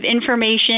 information